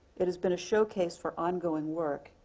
it has been a showcase for ongoing work,